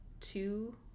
two